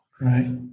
Right